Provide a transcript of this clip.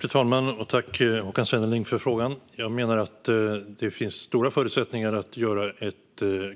Fru talman! Jag tackar Håkan Svenneling för frågan. Jag menar att det finns stora förutsättningar att göra ett